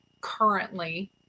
currently